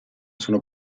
sono